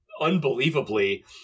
Unbelievably